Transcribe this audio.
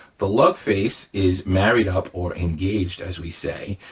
the lug face is married up, or engaged as we say,